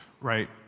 right